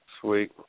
Sweet